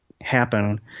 happen